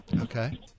Okay